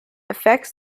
affects